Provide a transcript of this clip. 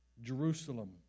Jerusalem